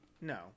No